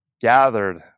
gathered